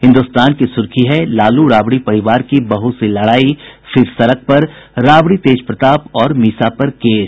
हिन्दुस्तान की सुर्खी है लालू राबड़ी परिवार की बहू से लड़ाई फिर सड़क पर राबड़ी तेजप्रताप और मीसा पर केस